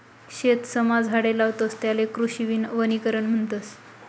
शेतसमा झाडे लावतस त्याले कृषी वनीकरण म्हणतस